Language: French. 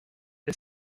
est